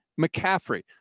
McCaffrey